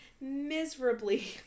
miserably